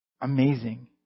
Amazing